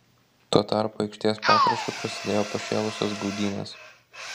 tuo tarpu aikštės pakraščiu prasidėjo pašėlusios gaudynės